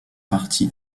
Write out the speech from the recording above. party